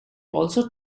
also